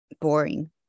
boring